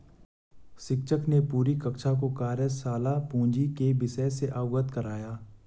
शिक्षक ने पूरी कक्षा को कार्यशाला पूंजी के विषय से अवगत कराया